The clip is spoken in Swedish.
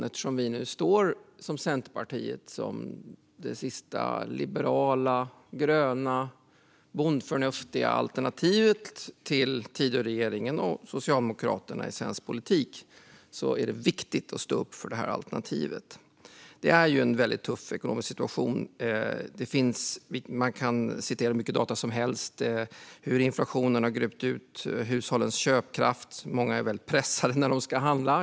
Eftersom Centerpartiet nu står som det sista liberala, gröna och bondförnuftiga alternativet till Tidöregeringen och Socialdemokraterna i svensk politik är det viktigt att stå upp för det här. Det är en väldigt tuff ekonomisk situation. Man kan citera hur mycket data som helst om hur inflationen har gröpt ur hushållens köpkraft. Många är pressade när de ska handla.